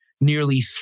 nearly